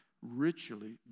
ritually